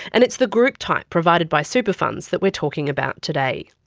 and it's the group type provided by super funds that we're talking about today.